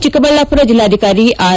ಚಿಕ್ಕಬಳ್ಳಾಪುರ ಜಿಲ್ಲಾಧಿಕಾರಿ ಆರ್